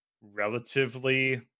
relatively